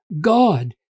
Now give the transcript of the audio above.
God